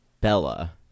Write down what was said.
Bella